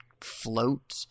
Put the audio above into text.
float